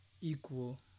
equal